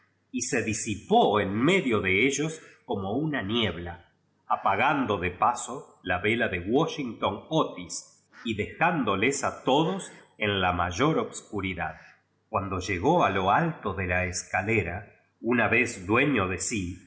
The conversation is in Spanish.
y se disipó en me dio de ellos como uua niebla apagando de paso la vela de washington otis y deján doles a todos en la mayor obscuridad cuando llegó a lo alto de la escalera una vez dueño de sí